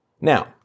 Now